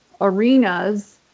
arenas